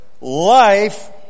life